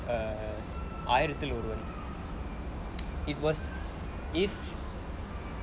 err aayirathil oruvan it was if